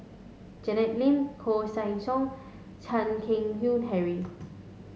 Janet Lim Koeh Sia Yong Chan Keng Howe Harry